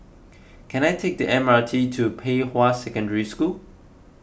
can I take the M R T to Pei Hwa Secondary School